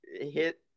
hit